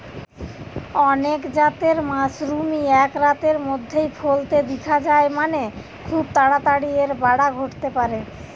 অনেক জাতের মাশরুমই এক রাতের মধ্যেই ফলতে দিখা যায় মানে, খুব তাড়াতাড়ি এর বাড়া ঘটতে পারে